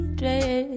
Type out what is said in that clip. dress